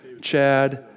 Chad